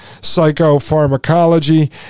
psychopharmacology